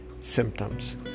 symptoms